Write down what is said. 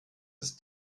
ist